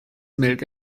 milk